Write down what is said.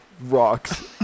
rocks